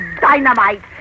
dynamite